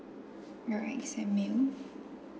you're right set meal